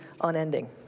unending